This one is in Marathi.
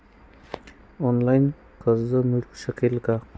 ऑनलाईन कर्ज मिळू शकेल का?